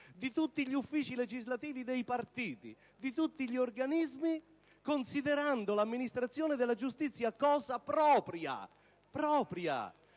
degli uffici legislativi dei partiti e di tutti gli organismi, considerando l'amministrazione della giustizia cosa propria. Voi,